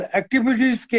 activities